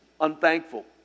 Unthankful